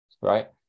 right